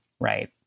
Right